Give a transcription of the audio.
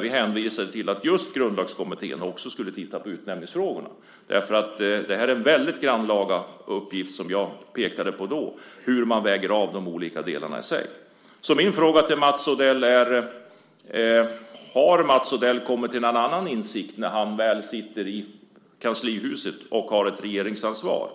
Vi hänvisade ju till att grundlagskommittén också skulle titta på utnämningsfrågorna, därför att det är en grannlaga uppgift, som jag pekade på då, att göra olika avvägningar. Mina frågor till Mats Odell är: Har Mats Odell kommit till en annan insikt när han väl sitter i kanslihuset och har ett regeringsansvar?